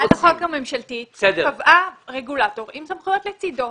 הצעת החוק הממשלתית קבעה רגולטור עם סמכויות לצדו.